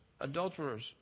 adulterers